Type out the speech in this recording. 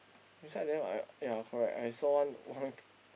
beside them I ya correct okay I saw one one